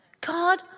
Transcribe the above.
God